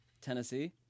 Tennessee